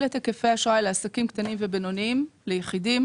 את היקפי האשראי לעסקים קטנים ובינוניים ליחידים.